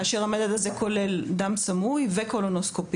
כאשר המדד הזה כולל דם סמוי וקולונוסקופיה.